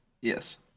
Yes